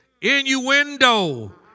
innuendo